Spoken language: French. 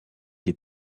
des